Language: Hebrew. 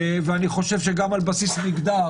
ואני חושב שגם על בסיס מגדר,